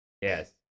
Yes